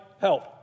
help